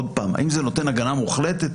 האם זה נותן הגנה מוחלטת?